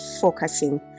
focusing